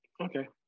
Okay